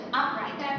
upright